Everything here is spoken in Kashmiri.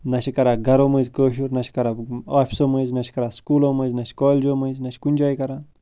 نَہ چھِ کران گَرو منٛز کٲشُر نَہ چھِ کَران آفِسَو منٛز نَہ چھِ کَران سُکوٗلو منٛز نَہ چھِ کولِجو مٔنٛزۍ نَہ چھٕ کُنہِ جایہِ کَران